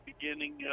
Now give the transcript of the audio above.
beginning